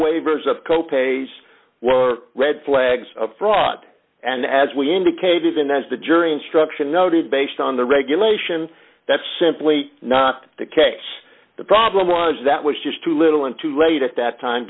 waivers of co pays were red flags of fraud and as we indicated and as the jury instruction noted based on the regulations that's simply not the catch the problem was that was just too little and too late if that time